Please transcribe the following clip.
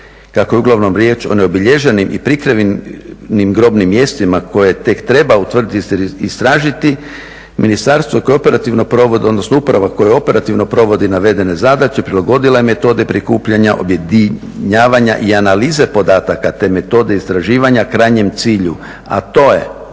Kako je uglavnom riječ o neobilježenim i prikrivenim grobnim mjestima koje tek treba utvrditi i istražiti, ministarstvo je kooperativno, odnosno uprava koja operativno provodi navedene zadaće prilagodila je metode prikupljanja objedinjavanja i analize podataka te metode istraživanja krajnjem cilju, a to je